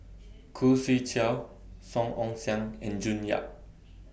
Khoo Swee Chiow Song Ong Siang and June Yap